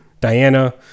Diana